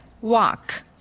walk